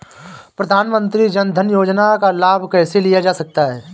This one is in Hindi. प्रधानमंत्री जनधन योजना का लाभ कैसे लिया जा सकता है?